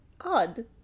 Odd